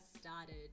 started